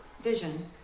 vision